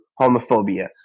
homophobia